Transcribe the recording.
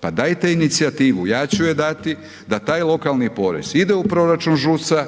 pa dajte inicijativu, ja ću je dati da taj lokalni porez ide u proračun ŽUC-a